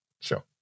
Sure